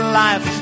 life